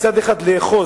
מצד אחד לאחוז,